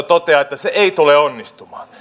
toteaa että se ei tule onnistumaan